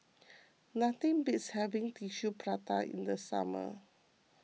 nothing beats having Tissue Prata in the summer